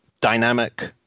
dynamic